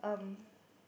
um